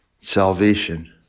salvation